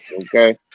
Okay